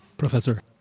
Professor